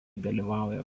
dalyvauja